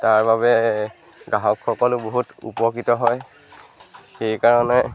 তাৰ বাবে গ্ৰাহকসকলো বহুত উপকৃত হয় সেইকাৰণে